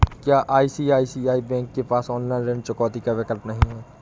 क्या ICICI bank के पास ऑनलाइन ऋण चुकौती का विकल्प नहीं है?